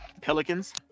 Pelicans